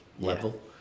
level